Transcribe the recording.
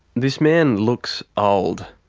this man looks old.